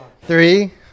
Three